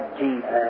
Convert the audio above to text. Jesus